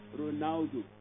Ronaldo